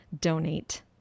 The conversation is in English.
donate